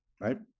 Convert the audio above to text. right